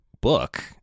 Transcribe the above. book